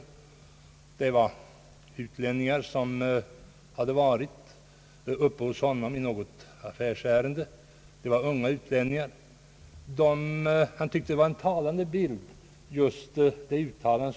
Några unga utlänningar hade varit uppe hos honom i något affärsärende, och han tyckte att ett uttalande som de hade gjort gav en mycket god bild av förhållandena.